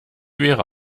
wäre